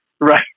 Right